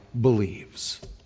believes